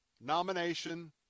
nomination